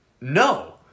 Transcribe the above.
No